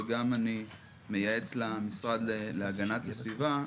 אני מייעץ גם למשרד להגנת הסביבה.